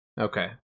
Okay